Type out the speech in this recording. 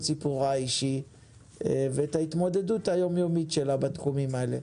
סיפורה האישי ואת ההתמודדות היומיומית שלה בתחומים האלה.